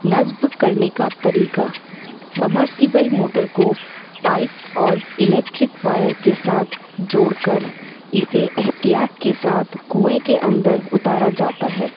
نصب کرنے کا طریقہ سبمرسیبل موٹر کو پائپ اور الیکٹرک وائر کے ساتھ جوڑ کر اسے احتیاط کے ساتھ کنویں کے اندر اتارا جاتا ہے